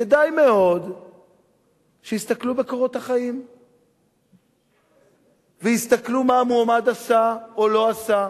כדאי מאוד שיסתכלו בקורות החיים ויסתכלו מה המועמד עשה או לא עשה.